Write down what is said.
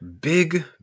Big